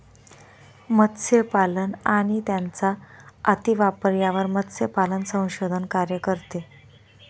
मत्स्यपालन आणि त्यांचा अतिवापर यावर मत्स्यपालन संशोधन कार्य करते